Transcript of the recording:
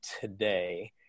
today